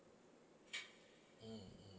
mmhmm